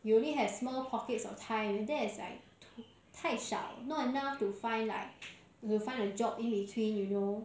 you only have small pockets of time that is like 太少 not enough to find like you'll find a job in between you know